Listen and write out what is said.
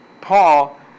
Paul